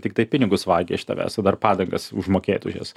tiktai pinigus vagia iš tavęs ir dar padangas užmokėt už jas